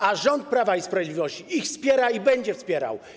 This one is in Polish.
A rząd Prawa i Sprawiedliwości ich wspiera i będzie wspierał.